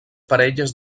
parelles